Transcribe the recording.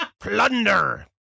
Plunder